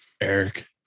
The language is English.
Eric